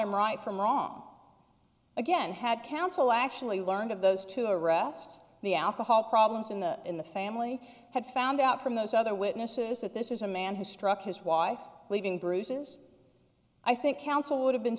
him right from wrong again had counsel actually learned of those two arrests the alcohol problems in the in the family had found out from those other witnesses that this is a man who struck his wife leaving bruises i think counsel would have been